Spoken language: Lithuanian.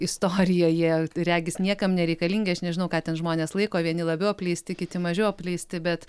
istorija jie regis niekam nereikalingi aš nežinau ką ten žmonės laiko vieni labiau apleisti kiti mažiau apleisti bet